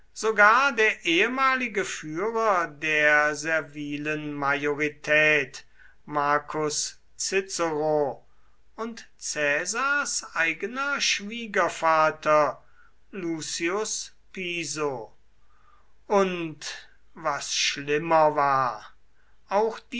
sogar der ehemalige führer der servilen majorität marcus cicero und caesars eigener schwiegervater lucius piso und was schlimmer war auch